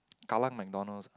Kallang McDonald's